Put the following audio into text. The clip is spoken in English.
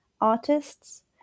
artists